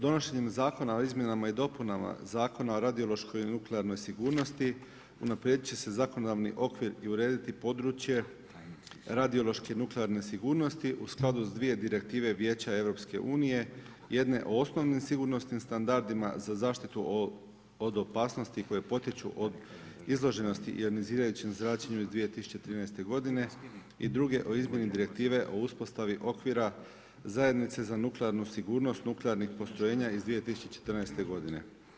Donošenjem zakona o izmjenama i dopunama Zakona o radiološkoj i nuklearnoj sigurnosti unaprijedit će se zakonodavni okvir i urediti područje radiološke nuklearne sigurnosti u skladu s svije direktive Vijeća Europske unije, jedne o osnovnim sigurnosnim standardima za zaštitu od opasnosti koje potječu od izloženosti i ionizirajućem zračenju iz 2013. godine i druge o izmjeni Direktive o uspostavi okvira zajednice za nuklearnu sigurnost nuklearnih postrojenja iz 2014. godine.